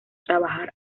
trabajar